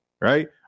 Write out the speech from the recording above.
right